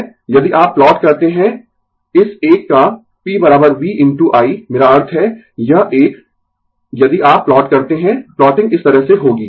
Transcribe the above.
यदि आप प्लॉट करते है इस एक का PV इनटू I मेरा अर्थ है यह एक यदि आप प्लॉट करते है प्लॉटिंग इस तरह से होगी